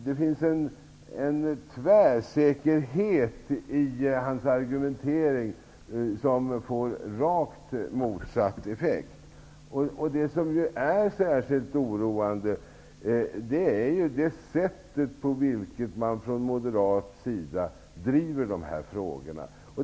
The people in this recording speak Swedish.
Det finns en tvärsäkerhet i hans argumentering som får rakt motsatt effekt. Det som är särskilt oroande är det sätt på vilket man från moderat sida driver dessa frågor.